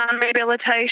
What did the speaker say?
rehabilitation